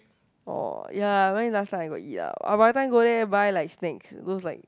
orh ya very last time I got eat lah ah my time go there buy like snacks those like